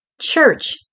church